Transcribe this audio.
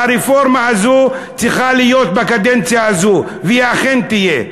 והרפורמה הזו צריכה להיות בקדנציה הזו והיא אכן תהיה.